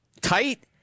tight